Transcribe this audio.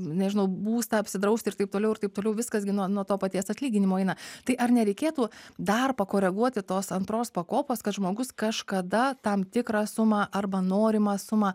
nežinau būstą apsidrausti ir taip toliau ir taip toliau viskas gi nuo nuo to paties atlyginimo eina tai ar nereikėtų dar pakoreguoti tos antros pakopos kad žmogus kažkada tam tikrą sumą arba norimą sumą